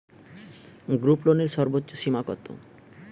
গ্রুপলোনের সর্বোচ্চ সীমা কত?